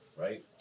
right